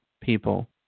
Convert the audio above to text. people